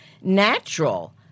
natural